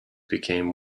became